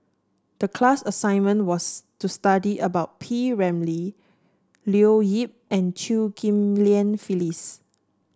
the class assignment was to study about P Ramlee Leo Yip and Chew Ghim Lian Phyllis